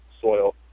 soil